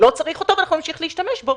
לא צריך אותו אבל אנחנו נמשיך להשתמש בו.